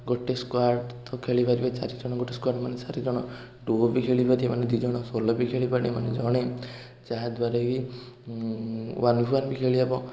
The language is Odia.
ଗୋଟେ ସ୍କ୍ୱାଟ୍ ତ ଖେଳିପାରିବେ ଚାରିଜଣ ଗୋଟେ ସ୍କ୍ୱାଟ୍ ମାନେ ଚାରିଜଣ ଡୁଅ ବି ଖେଳିପାରିବେ ମାନେ ଦୁଇଜଣ ସୋଲୋ ବି ଖେଳିପାରିବ ମାନେ ଜଣେ ଯାହା ଦ୍ୱାରା କି ୱାନୱାର୍ ଖେଳିହେବ